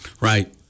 Right